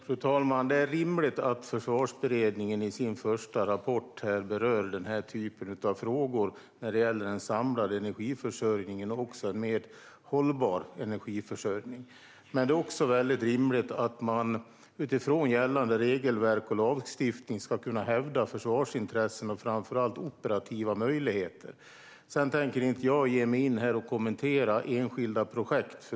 Fru talman! Det är rimligt att Försvarsberedningen i sin första rapport berör den här typen av frågor när det gäller den samlade energiförsörjningen och en mer hållbar energiförsörjning. Det är också rimligt att man utifrån gällande regelverk och lagstiftning ska kunna hävda försvarsintressen och framför allt operativa möjligheter. Jag tänker inte kommentera enskilda projekt.